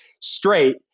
straight